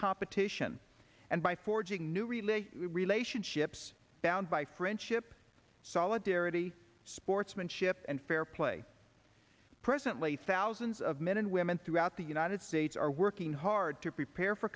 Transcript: competition and by forging new relay relationships bound by friendship solidarity sportsmanship and fair play presently thousands of men and women throughout the united states are working hard to prepare for